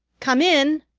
come in,